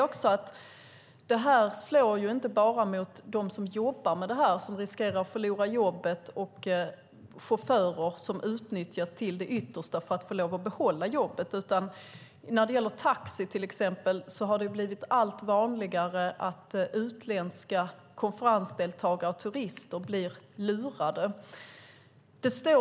Men detta slår inte bara mot dem som jobbar med detta och riskerar att förlora jobbet och chaufförer som utnyttjas till det yttersta för att få lov att behålla jobbet. Till exempel har det blivit allt vanligare att utländska konferensdeltagare och turister blir lurade när de ska åka taxi.